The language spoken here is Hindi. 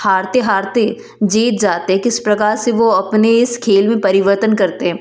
हारते हारते जीत जाते हैं किस प्रकार से वो अपने इस खेल में परिवर्तन करते हैं